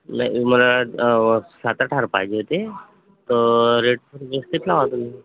नाही मला सात आठ हार पाहिजे होते तर रेट व्यवस्थित लावा तुम्ही